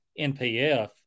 NPF